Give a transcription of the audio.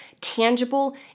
tangible